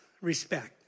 respect